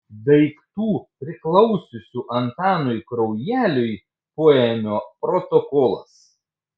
daiktų priklausiusių antanui kraujeliui poėmio protokolas